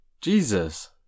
Jesus